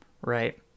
right